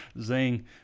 Zing